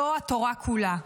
זו התורה כולה.